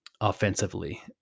offensively